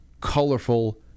colorful